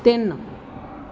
ਤਿੰਨ